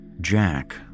Jack